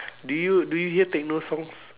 do you do you hear techno songs